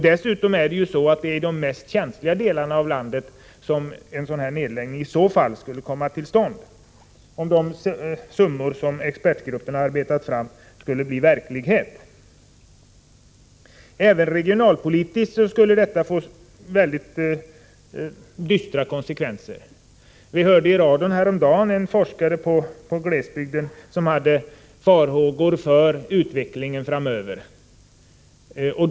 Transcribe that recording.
Dessutom skulle en neddragning komma till stånd i de mest känsliga delarna av landet om det som expertgrupperna arbetat fram skulle bli verklighet. Även regionalpolitiskt skulle konsekvenserna i så fall bli dystra. Vi hörde i radio häromdagen en forskare som hade farhågor för utvecklingen framöver när det gäller glesbygden.